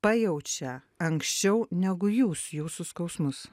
pajaučia anksčiau negu jūs jūsų skausmus